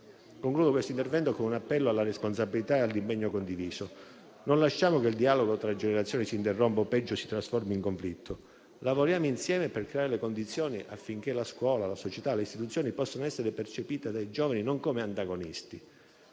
Concludo questo intervento con un appello alla responsabilità e all'impegno condiviso. Non lasciamo che il dialogo tra generazioni si interrompa o, peggio, si trasformi in conflitto. Lavoriamo insieme per creare le condizioni affinché la scuola, la società, le istituzioni possano essere percepite dai giovani non come antagonisti,